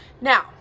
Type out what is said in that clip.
Now